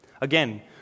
Again